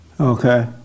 Okay